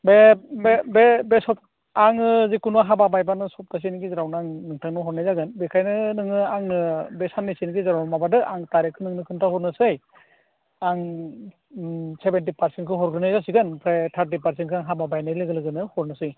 बे सबआङो जिखुनु हाबा बायब्लानो सप्तासेनि गेजेरावनो नोंथांनो हरनाय जागोन बेखायनो नोङो आंनो बे साननैसोनि गेजेराव माबादो आं थारिखखो नोंनो खोन्थाहरनोसै आं सेभेन्टि पार्सेन्टखौ हरग्रोनाय जासिगोन ओमफ्राय थार्टि पार्सेन्टखो आं हाबा बायनाय लोगो लोगोनो हरनोसै